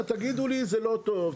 תגידו לי זה לא טוב,